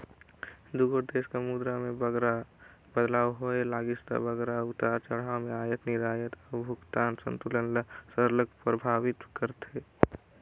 दुगोट देस कर मुद्रा में बगरा बदलाव होए लगिस ता बगरा उतार चढ़ाव में अयात निरयात अउ भुगतान संतुलन ल सरलग परभावित करथे